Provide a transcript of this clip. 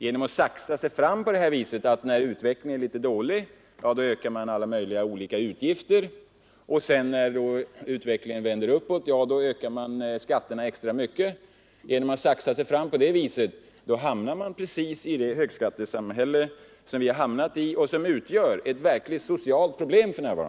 Genom att saxa sig fram på det här viset — när utvecklingen är litet dålig ökar man alla möjliga olika utgifter, och när den vänder uppåt ökar man skatterna extra mycket — hamnar man precis i det högskattesamhälle som vi har hamnat i och som för närvarande utgör ett verkligt socialt problem.